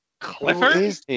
Clifford